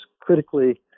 critically